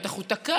בטח הוא תקף,